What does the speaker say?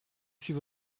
suis